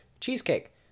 Cheesecake